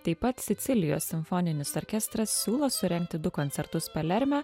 taip pat sicilijos simfoninis orkestras siūlo surengti du koncertus palerme